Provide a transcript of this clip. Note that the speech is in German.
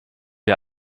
der